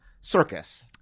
circus